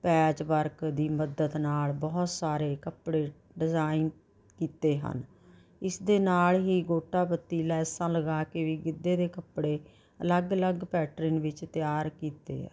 patchwork ਦੀ ਮਦਦ ਨਾਲ ਬਹੁਤ ਸਾਰੇ ਕੱਪੜੇ ਡਿਜ਼ਾਈਨ ਕੀਤੇ ਹਨ ਇਸਦੇ ਨਾਲ ਹੀ ਗੋਟਾ ਪੱਤੀ ਲੈਸਾਂ ਲਗਾ ਕੇ ਵੀ ਗਿੱਧੇ ਦੇ ਕੱਪੜੇ ਅਲੱਗ ਅਲੱਗ ਪੈਟਰਨ ਵਿੱਚ ਤਿਆਰ ਕੀਤੇ ਹੈ